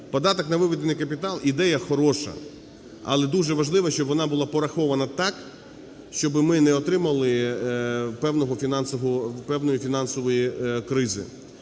податок на виведений капітал – ідея хороша. Але дуже важливо, щоб вона була порахована так, щоб ми не отримали певної фінансової кризи.